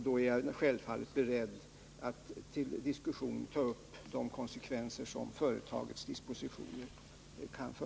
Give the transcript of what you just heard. Då är jag självfallet beredd att till diskussion ta upp de konsekvenser som företagets dispositioner kan få.